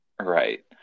Right